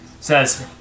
says